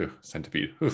centipede